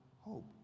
hope